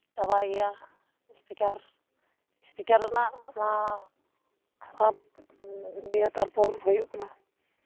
ᱪᱟᱵᱟᱭ ᱜᱮᱭᱟ speaker speaker ᱨᱮᱱᱟᱜ ᱚᱱᱟ ᱠᱷᱟᱨᱟᱯ ᱜᱮᱭᱟ ᱛᱟᱨᱯᱚᱨ ᱦᱩᱭᱩᱜ ᱠᱟᱱᱟ